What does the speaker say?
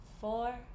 four